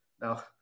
Now